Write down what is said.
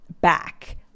back